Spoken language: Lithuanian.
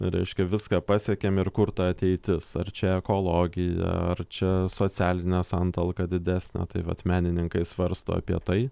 reiškia viską pasiekėm ir kur ta ateitis ar čia ekologija ar čia socialinė santalka didesnė tai vat menininkai svarsto apie tai